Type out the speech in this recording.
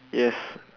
yes